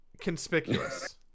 conspicuous